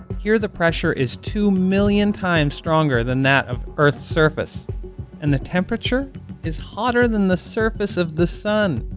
here, the pressure is two million times stronger than that of earth's surface and the temperature is hotter than the surface of the sun.